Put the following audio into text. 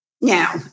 Now